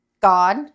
God